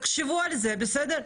תחשבו על זה, בסדר?